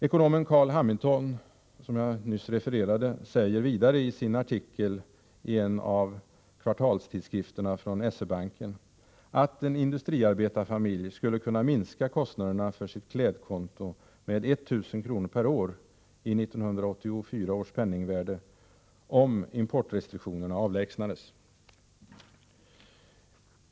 Ekonomen Carl Hamilton, som jag nyss refererade, säger vidare i en artikel i SE-bankens kvartalstidskrift att en industriarbetarfamilj skulle kunna minska kostnaderna för sitt klädkonto med 1 000 kr./år i 1984 års penningvärde om importrestriktionerna avlägsnades.